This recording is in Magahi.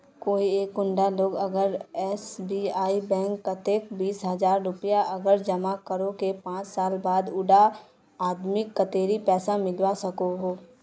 कोई एक कुंडा लोग अगर एस.बी.आई बैंक कतेक बीस हजार रुपया अगर जमा करो ते पाँच साल बाद उडा आदमीक कतेरी पैसा मिलवा सकोहो?